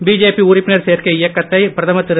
BJP உறுப்பினர் சேர்க்கை இயக்கத்தை பிரதமர் திரு